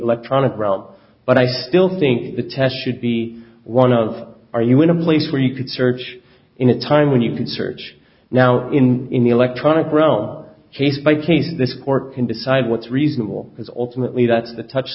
electronic realm but i still think the test should be one of are you in a place where you could search in a time when you can search now in the electronic brown case by case this court can decide what's reasonable is ultimately that the touch